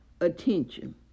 attention